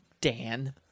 Dan